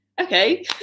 okay